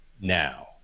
now